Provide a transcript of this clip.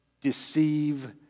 deceive